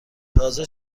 تازه